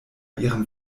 ihrem